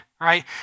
right